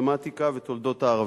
מתמטיקה ותולדות הערבים.